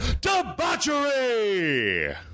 Debauchery